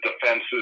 defenses